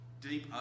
deep